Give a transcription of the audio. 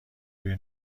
روی